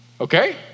Okay